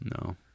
No